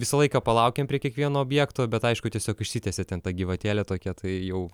visą laiką palaukiam prie kiekvieno objekto bet aišku tiesiog išsitiesia ten ta gyvatėlė tokia tai jau